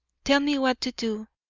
tell me what to do.